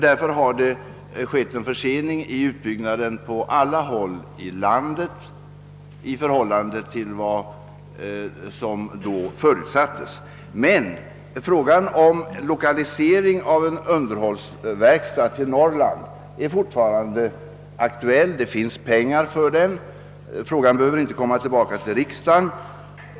Därför har det skett en försening i utbyggnaden på alla håll i landet i förhållande till vad som förutsattes. Men frågan om lokalisering av en underhållsverkstad till Norrland är fortfarande aktuell. Det finns pengar för ändamålet. Frågan behöver inte komma tillbaka till riksdagen.